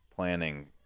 planning